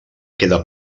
queda